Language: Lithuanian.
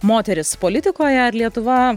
moteris politikoje ar lietuva